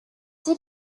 did